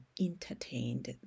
entertained